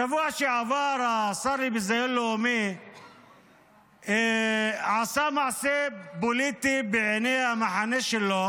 בשבוע שעבר השר לביזיון לאומי עשה מעשה פוליטי בעיני המחנה שלו.